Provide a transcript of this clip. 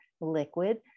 liquid